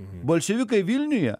bolševikai vilniuje